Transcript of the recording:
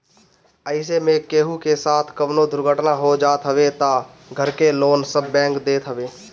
अइसे में केहू के साथे कवनो दुर्घटना हो जात हवे तअ घर के लोन सब बैंक देत हवे